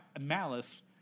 malice